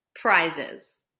prizes